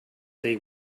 they